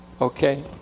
Okay